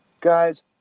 Guys